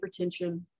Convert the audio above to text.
hypertension